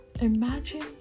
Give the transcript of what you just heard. Imagine